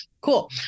Cool